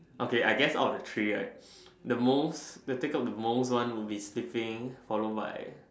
okay I guess out the three right the most the take out the most one would be sleeping followed by